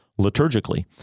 liturgically